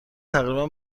تقریبا